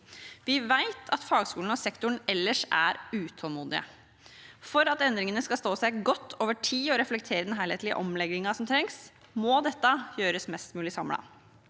Vi vet at fagskolene og sektoren ellers er utålmodige. For at endringene skal stå seg godt over tid og reflektere den helhetlige omleggingen som trengs, må dette gjøres mest mulig samlet.